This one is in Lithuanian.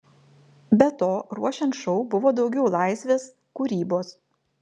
be to ruošiant šou buvo daugiau laisvės kūrybos